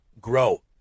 Grow